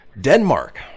Denmark